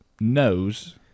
knows